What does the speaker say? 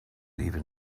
even